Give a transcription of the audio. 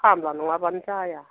खामला नङाबानो जाया